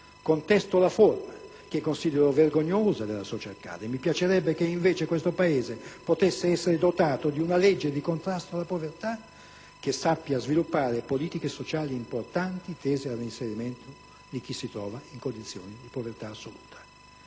Contesto la forma, che considero vergognosa, della *social card* e mi piacerebbe che, invece, questo Paese potesse essere dotato di una legge di contrasto alla povertà che sappia sviluppare politiche sociali importanti, tese al reinserimento di chi si trova in condizioni di povertà assoluta.